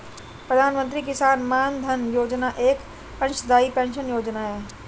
प्रधानमंत्री किसान मानधन योजना एक अंशदाई पेंशन योजना है